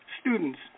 students